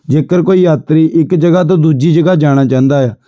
ਜੇਕਰ ਕੋਈ ਯਾਤਰੀ ਇੱਕ ਜਗ੍ਹਾ ਤੋਂ ਦੂਜੀ ਜਗ੍ਹਾ ਜਾਣਾ ਚਾਹੁੰਦਾ ਏ